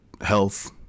health